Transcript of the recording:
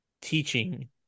teaching